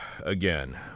Again